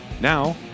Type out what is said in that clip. Now